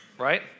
right